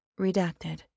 redacted